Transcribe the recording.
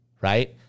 right